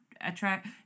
attract